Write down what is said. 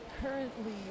currently